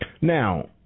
Now